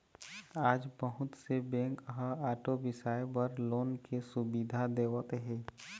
आज बहुत से बेंक ह आटो बिसाए बर लोन के सुबिधा देवत हे